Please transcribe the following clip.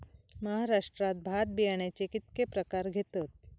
महाराष्ट्रात भात बियाण्याचे कीतके प्रकार घेतत?